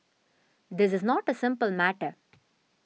this is not a simple matter